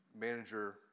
manager